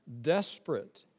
desperate